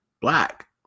black